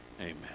Amen